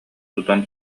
тутан